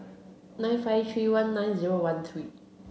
nine five three one nine zero one three